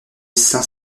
saint